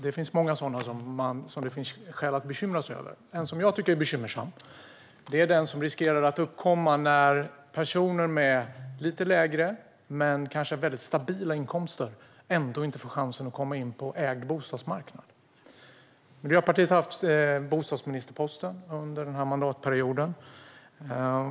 Det finns många sådana som det finns skäl att bekymra sig över. En klyfta som jag tycker är bekymmersam är den som riskerar att uppkomma när personer med lite lägre men ändå väldigt stabila inkomster inte får chansen att komma in på den ägda bostadsmarknaden. Miljöpartiet har haft bostadsministerposten under denna mandatperiod.